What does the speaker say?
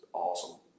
awesome